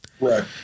Right